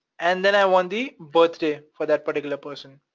and then i want the birthday for that particular person.